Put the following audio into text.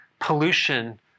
pollution